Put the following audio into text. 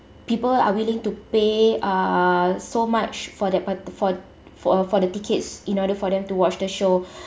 people are willing to pay uh so much for that parti~ for for uh for the tickets in order for them to watch the show